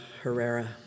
Herrera